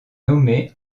nommée